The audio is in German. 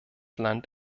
land